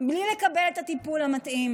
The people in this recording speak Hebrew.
בלי לקבל את הטיפול המתאים.